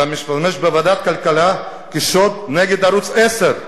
אתה משתמש בוועדת הכלכלה כשוט נגד ערוץ-10.